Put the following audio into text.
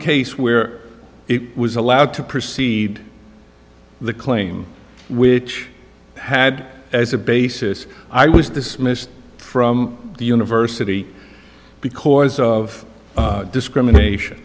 case where it was allowed to proceed the claim which had as a basis i was dismissed from the university because of discrimination